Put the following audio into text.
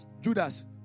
Judas